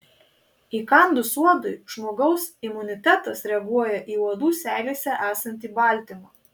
įkandus uodui žmogaus imunitetas reaguoja į uodų seilėse esantį baltymą